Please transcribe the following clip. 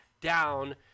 down